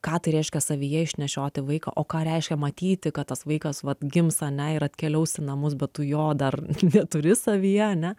ką tai reiškia savyje išnešioti vaiką o ką reiškia matyti kad tas vaikas vat gims ane ir atkeliaus į namus bet tu jo dar neturi savyje ane